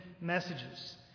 messages